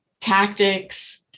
tactics